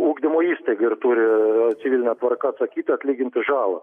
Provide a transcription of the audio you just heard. ugdymo įstaiga ir turi civiline tvarka atsakyti atlyginti žalą